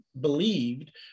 believed